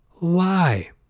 lie